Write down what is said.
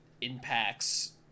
impacts